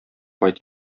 кайт